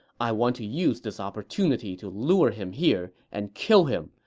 i want to use this opportunity to lure him here and kill him,